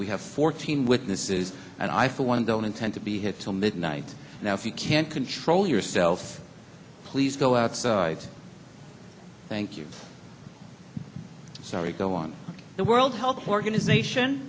we have fourteen witnesses and i for one don't intend to be here till midnight now if you can't control yourself please go outside thank you sorry go on the world health organization